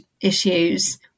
issues